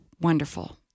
wonderful